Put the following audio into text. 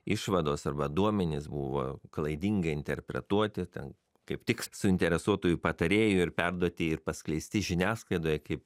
išvados arba duomenys buvo klaidingai interpretuoti ten kaip tik suinteresuotųjų patarėjų ir perduoti ir paskleisti žiniasklaidoje kaip